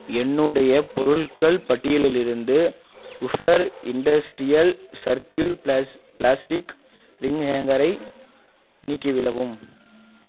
என்னுடைய பொருள்கள் பட்டியலிலிருந்து குஃபர் இண்டஸ்ட்ரியல் சர்க்கியூள் பிளாஸ் பிளாஸ்டிக் ரிங் ஹேங்கரை நீக்கிவிடவும்